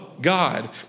God